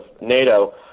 NATO